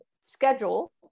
schedule